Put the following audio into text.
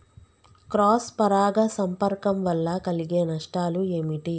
Cross పరాగ సంపర్కం వల్ల కలిగే నష్టాలు ఏమిటి?